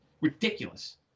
Ridiculous